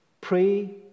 pray